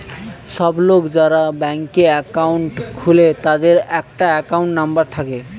সব লোক যারা ব্যাংকে একাউন্ট খুলে তাদের একটা একাউন্ট নাম্বার থাকে